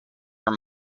your